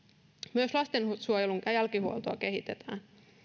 myös lastensuojelun jälkihuoltoa kehitetään